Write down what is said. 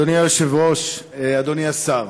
אדוני היושב-ראש, אדוני השר,